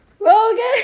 Logan